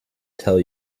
tell